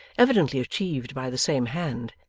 evidently achieved by the same hand,